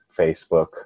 Facebook